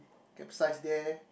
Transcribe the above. capsize there